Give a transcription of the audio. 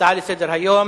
הצעות לסדר-היום